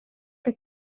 que